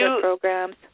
programs